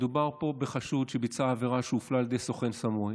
מדובר פה בחשוד שביצע עבירה ושהופלל על ידי סוכן סמוי.